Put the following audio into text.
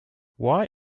why